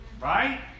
Right